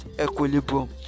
equilibrium